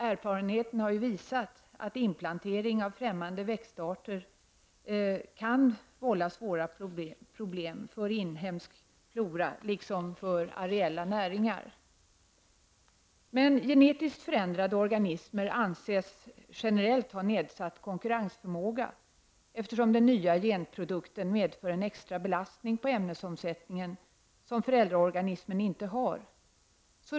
Erfarenheten har visat att inplantering av främmande växtarter kan vålla svåra problem för inhemsk flora liksom för areella näringar. Genetiskt förändrade organismer anses generellt ha nedsatt konkurrensförmåga, eftersom den nya genprodukten medför en extra belastning på ämnesomsättningen som föräldraorganismen inte har.